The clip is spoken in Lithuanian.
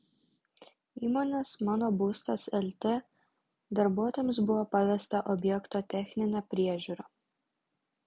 įmonės mano būstas lt darbuotojams buvo pavesta objekto techninė priežiūra